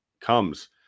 comes